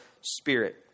spirit